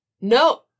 No